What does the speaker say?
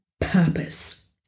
purpose